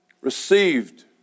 received